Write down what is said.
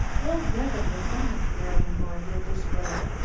we'll never get back, marian mourned in despair,